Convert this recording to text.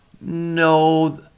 No